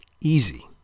easy